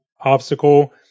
obstacle